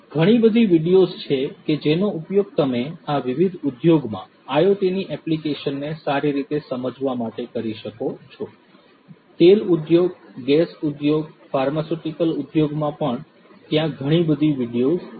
ઘણી બધી વિડિઓઝ છે કે જેનો ઉપયોગ તમે આ વિવિધ ઉદ્યોગમાં IoT ની એપ્લીકેશનને સારી રીતે સમજવા માટે કરી શકો છો તેલ ઉદ્યોગ ગેસ ઉદ્યોગ ફાર્માસ્યુટિકલ ઉદ્યોગમાં પણ ત્યાં ઘણી બધી વિડીઓઝ છે